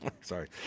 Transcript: Sorry